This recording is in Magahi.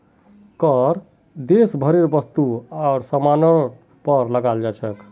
कर देश भरेर वस्तु आर सामानेर पर लगाल जा छेक